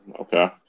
okay